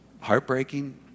heartbreaking